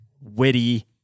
witty